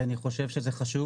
כי אני חושב שזה חשוב,